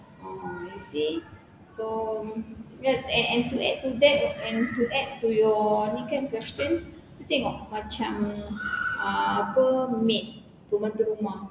ah you see so ye lah and and to add to that and to add to your ini kan questions you tengok macam ah apa maid pembantu rumah